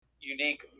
unique